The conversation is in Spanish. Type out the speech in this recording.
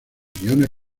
guiones